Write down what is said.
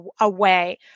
away